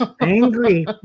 angry